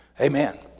Amen